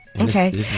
Okay